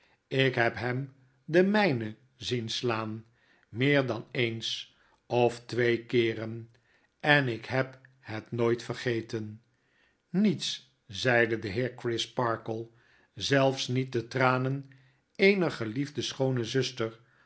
ik heb hem de myne zien slaan meer dan eens of twee keeren en ik heb het nooit vergeten niets zeide de heer crisparkle zelfs niet de tranen eener geliefde